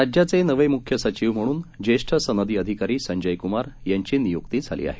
राज्याचे नवे मुख्य सचीव म्हणून ज्येष्ठ सनदी अधिकारी संजय कुमार यांची नियुक्ती झाली आहे